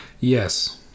yes